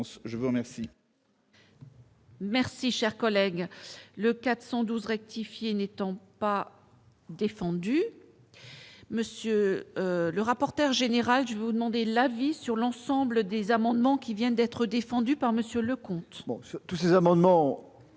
je vous remercie.